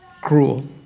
cruel